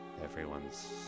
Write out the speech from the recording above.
Everyone's